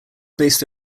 based